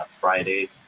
friday